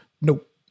Nope